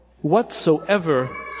Whatsoever